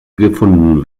gefunden